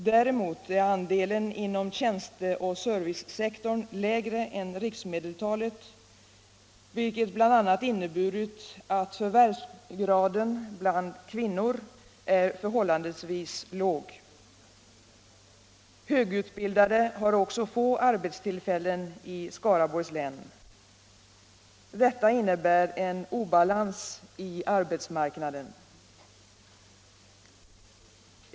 Däremot är andelen inom tjänsteoch servicesektorn lägre än riksmedeltalet, vilket bl.a. inneburit att förvärvsgraden bland kvinnor är förhållandevis låg. Högutbildade har också få arbetstillfällen i Skaraborgs län. Detta innebär en obalans på arbetsmarknaden.